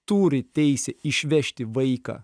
turi teisę išvežti vaiką